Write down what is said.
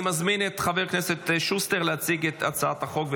אני מזמין את חבר הכנסת שוסטר להציג את הצעת החוק.